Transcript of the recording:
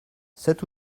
sept